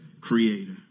creator